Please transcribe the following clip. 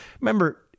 remember